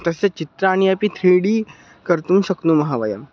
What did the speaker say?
तस्य चित्राणि अपि थ्री डी कर्तुं शक्नुमः वयं